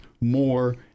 more